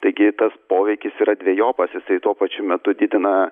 taigi tas poveikis yra dvejopas jisai tuo pačiu metu didina